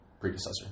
predecessor